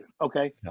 okay